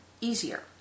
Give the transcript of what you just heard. easier